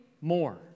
More